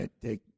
Take